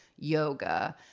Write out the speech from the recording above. yoga